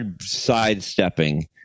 sidestepping